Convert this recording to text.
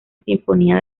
sinfonía